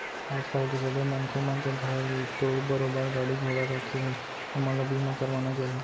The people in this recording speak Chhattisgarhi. आज कल तो सबे मनखे मन के घर तो बरोबर गाड़ी घोड़ा राखें हें ओमन ल बीमा करवाना चाही